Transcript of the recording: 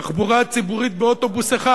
תחבורה ציבורית באוטובוס אחד.